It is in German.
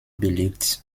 belegt